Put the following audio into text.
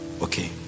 Okay